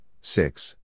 six